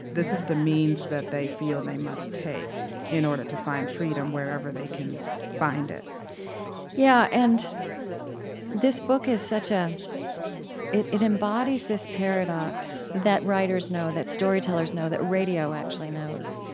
this is the means that they feel they must take in order to find freedom wherever they can find it yeah. and this book is such ah a it embodies this paradox that writers know, that storytellers know, that radio actually knows,